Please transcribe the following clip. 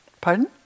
pardon